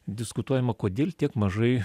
diskutuojama kodėl tiek mažai